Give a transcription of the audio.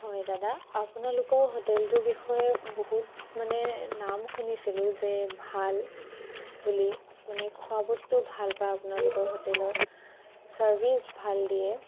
হয় দাদা আপোনালোকৰ হোটেলটোৰ বিষয়ে বহুত মানে নাম শুনিছিলোঁ যে ভাল বুলি মানে খোৱা বস্তু ভাল পায় আপোনালোকৰ হোটেলত ছাৰ্ভিচ ভাল দিয়ে